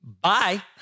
Bye